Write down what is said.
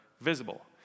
visible